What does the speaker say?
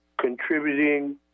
contributing